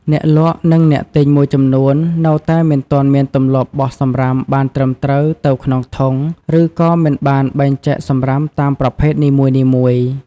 អ្នកលក់ និងអ្នកទិញមួយចំនួននៅតែមិនទាន់មានទម្លាប់បោះសំរាមបានត្រឹមត្រូវទៅក្នុងធុង ឬក៏មិនបានបែងចែកសំរាមតាមប្រភេទនីមួយៗ។